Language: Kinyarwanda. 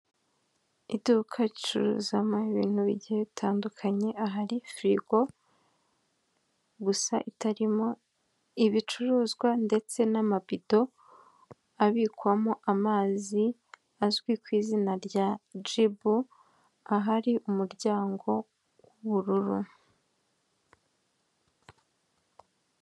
Iduka ricuruzamo ibintu bigiye bitandukanye ahari firigo gusa itarimo ibicuruzwa, ndetse n'amabido abikwamo amazi azwi ku izina rya jibu, ahari umuryango w'ubururu.